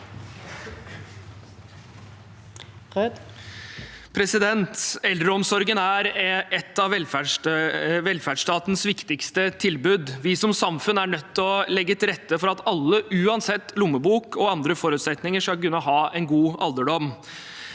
Eldreomsorgen er et av velferdsstatens viktigste tilbud. Vi som samfunn er nødt til å legge til rette for at alle, uansett lommebok og andre forutsetninger, skal kunne ha en god alderdom.